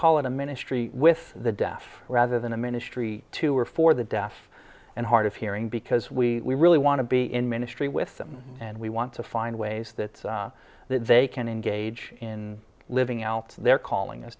call it a ministry with the deaf rather than a ministry to or for the deaf and hard of hearing because we really want to be in ministry with them and we want to find ways that they can engage in living out their calling